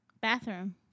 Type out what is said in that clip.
Bathroom